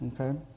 Okay